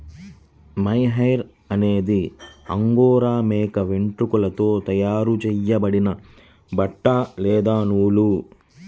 mohair అనేది Angora మేక వెంట్రుకలతో తయారు చేయబడిన బట్ట లేదా నూలు